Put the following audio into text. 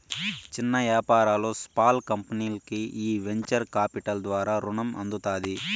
చిన్న యాపారాలు, స్పాల్ కంపెనీల్కి ఈ వెంచర్ కాపిటల్ ద్వారా రునం అందుతాది